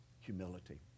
humility